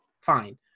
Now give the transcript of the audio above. Fine